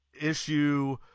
issue